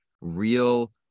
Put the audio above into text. real